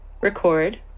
Record